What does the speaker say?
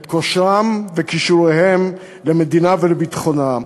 את כושרם וכישוריהם למדינה ולביטחונה,